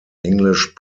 english